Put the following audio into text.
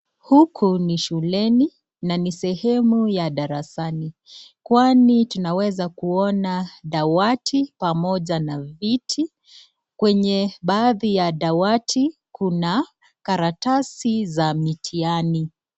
Huku ni shuleni na ni sehemu ya darasani kwani tunaweza kuona dawati pamoja na viti. Kwenye baadhi ya dawati kuna karatasi za mitihani.